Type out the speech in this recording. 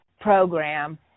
program